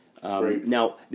now